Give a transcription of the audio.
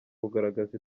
kugaragaza